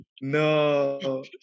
no